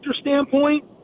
standpoint